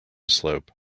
slope